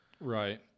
Right